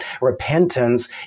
repentance